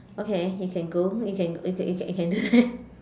okay you can go you can you can you can you can